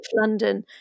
London